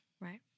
Right